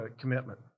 commitment